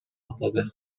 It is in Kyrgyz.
атады